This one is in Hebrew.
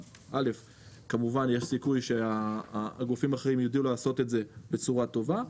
יש סיכוי שהגופים האחרים ידעו לעשות את זה בצורה טובה.